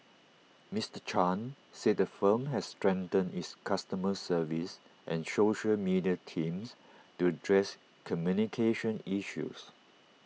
Miter chan said the firm has strengthened its customer service and social media teams to address communication issues